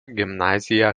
gimnaziją